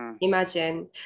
Imagine